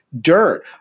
dirt